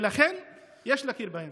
לכן יש להכיר בהם.